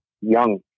young